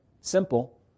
Simple